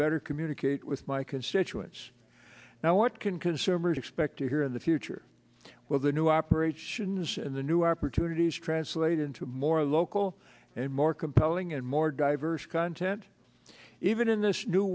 better communicate with my constituents now what can consumers expect to hear in the future well the new operate shouldn't say and the new opportunities translate into more local and more compelling and more diverse content even in this new